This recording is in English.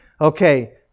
okay